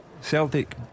Celtic